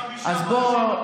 אז בוא,